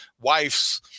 wife's